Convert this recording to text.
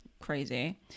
crazy